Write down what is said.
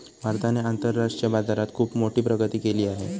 भारताने आंतरराष्ट्रीय बाजारात खुप मोठी प्रगती केली आहे